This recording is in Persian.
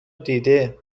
دیده